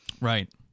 Right